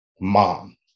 mom